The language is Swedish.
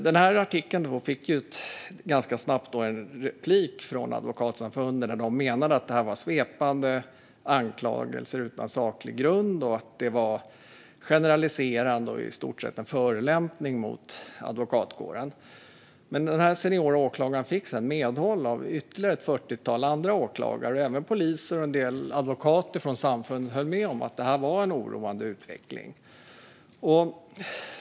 Den här artikeln fick ganska snabbt en replik från Advokatsamfundet, som menade att detta var svepande anklagelser utan saklig grund, att det var generaliserande och i stort sett en förolämpning mot advokatkåren. Men den seniora åklagaren fick sedan medhåll av ytterligare ett fyrtiotal andra åklagare. Även poliser och en del advokater från samfundet höll med om att det här är en oroande utveckling.